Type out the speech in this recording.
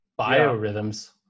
Biorhythms